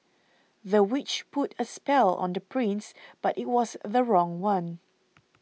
the witch put a spell on the prince but it was the wrong one